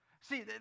See